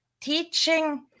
teaching